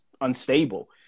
unstable